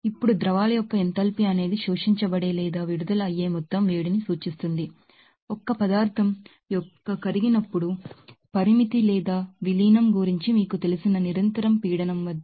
ఇప్పుడు ಸೊಲ್ಯೂಷನ್ యొక్క ఎంథాల్పీ అనేది ಅಬ್ಸರ್ಡ್ శోషించబడే లేదా విడుదల అయ్యే మొత్తం వేడిని సూచిస్తుంది ఒక పదార్థం యొక్క కరిగిపోయినప్పుడు పరిమిత లేదా విలీనం గురించి మీకు తెలిసిన ಕಾನ್ಸ್ಟಂಟ್ ಪ್ರೆಷರ್వద్ద